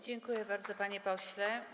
Dziękuję bardzo, panie pośle.